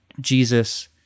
Jesus